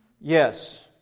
Yes